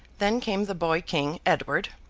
then came the boy-king, edward,